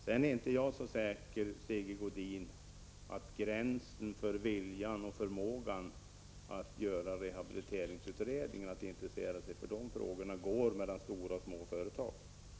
Jag är inte så säker, Sigge Godin, att gränsen för viljan och förmågan att intressera sig för frågorna i samband med rehabiliteringen går mellan stora och små företag.